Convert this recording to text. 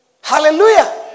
Hallelujah